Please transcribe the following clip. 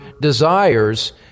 desires